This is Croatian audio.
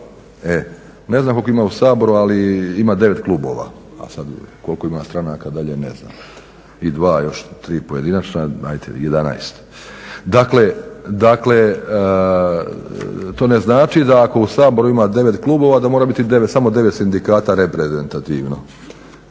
Ne znam koliko ima u Saboru ali ima 9 klubova a sada koliko ima stranaka dalje ne znam. I dva još, tri pojedinačna, ajde 11. Dakle, to ne znači da ako u Saboru ima 9 klubova da mora biti samo 9 sindikata reprezentativno.